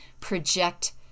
project